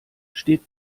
steht